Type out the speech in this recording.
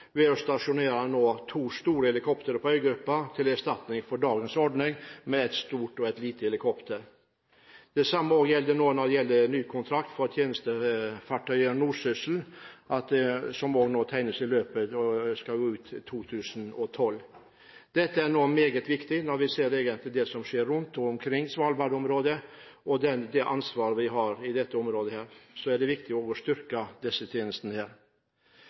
ved at vi nå stasjonerer to store helikoptre på øygruppen til erstatning for dagens ordning med et stort og et lite helikopter, er viktig. Det vurderes ny kontrakt for tjenestefarøyet Nordsyssel, når denne løper ut i 2012. Dette er meget viktig når vi ser det som skjer rundt Svalbard-området, og med det ansvaret vi har på dette området, er det viktig å styrke disse tjenestene.